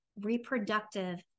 reproductive